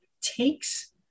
takes